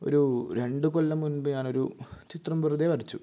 ഒരു രണ്ടു കൊല്ലം മുൻപ് ഞാനൊരു ചിത്രം വെറുതെ വരച്ചു